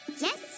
yes